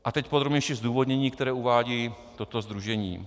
A teď podrobnější zdůvodnění, které uvádí toto sdružení.